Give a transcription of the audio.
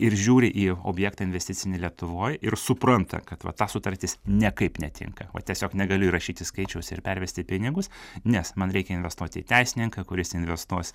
ir žiūri į objektą investicinį lietuvoj ir supranta kad va ta sutartis niekaip netinka o tiesiog negaliu įrašyti skaičiaus ir pervesti pinigus nes man reikia investuoti į teisininką kuris investuos